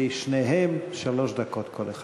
לשניהם שלוש דקות כל אחד.